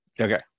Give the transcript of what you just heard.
Okay